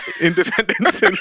independence